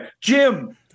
Jim